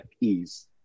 ease